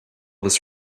this